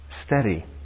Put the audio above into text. steady